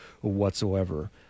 whatsoever